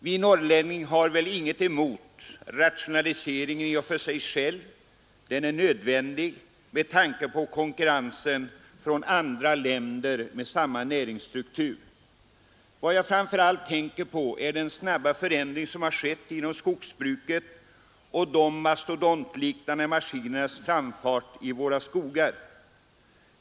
Vi norrlänningar har väl inget emot en rationalisering i sig själv; den är nödvändig med tanke på konkurrens från andra länder med samma näringsstruktur. Vad jag framför allt tänker på är den snabba förändring som skett inom skogsbruket och de mastodontliknande maskinernas framfart i våra skogar.